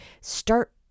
start